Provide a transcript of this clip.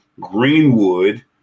Greenwood